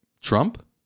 Trump